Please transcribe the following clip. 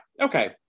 okay